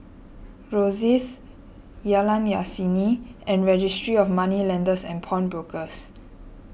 Rosyth Jalan Yasin and Registry of Moneylenders and Pawnbrokers